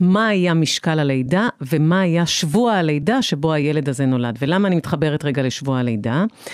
מה היה משקל הלידה, ומה היה שבוע הלידה שבו הילד הזה נולד. ולמה אני מתחברת רגע לשבוע הלידה?